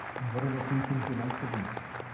and what are the three things you like the least?